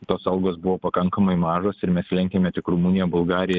tos algos buvo pakankamai mažos ir mes lenkėme tik rumuniją bulgariją